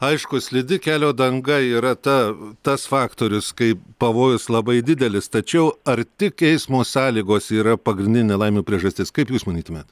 aišku slidi kelio danga yra ta tas faktorius kai pavojus labai didelis tačiau ar tik eismo sąlygos yra pagrindinė nelaimių priežastis kaip jūs manytumėt